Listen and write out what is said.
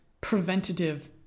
preventative